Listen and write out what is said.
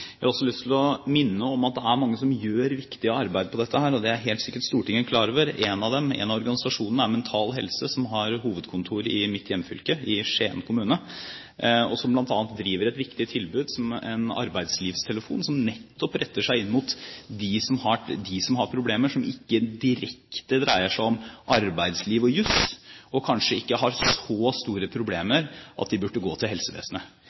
Jeg har også lyst til å minne om at det er mange som gjør et viktig arbeid på dette området. Det er helt sikkert Stortinget klar over. En av organisasjonene er Mental Helse, som har sitt hovedkontor i mitt hjemfylke, i Skien kommune, og som bl.a. driver et viktig tilbud, en arbeidslivstelefon, som nettopp retter seg inn mot dem som har problemer som ikke direkte dreier seg om arbeidsliv og jus, og som kanskje ikke har så store problemer at de burde gå til helsevesenet.